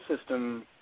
system